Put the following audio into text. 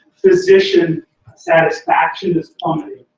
physician satisfaction is plummeting.